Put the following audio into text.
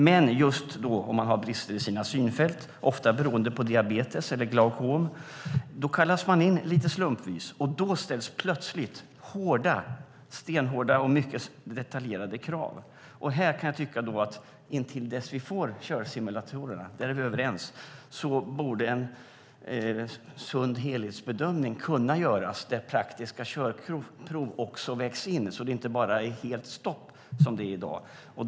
Men om man har brister i sina synfält, ofta beroende på diabetes eller glaukom, kallas man in lite slumpvis, och då ställs plötsligt stenhårda och mycket detaljerade krav. Här kan jag tycka att in till dess att vi får körsimulatorer, där är vi överens, borde en sund helhetsbedömning kunna göras där praktiska körprov vägs in så att det inte är helt stopp som det är i dag.